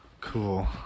Cool